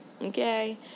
okay